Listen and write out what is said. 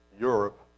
Europe